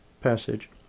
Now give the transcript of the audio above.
passage